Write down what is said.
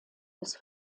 des